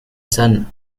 son